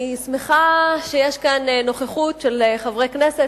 אני שמחה שיש כאן נוכחות של חברי כנסת.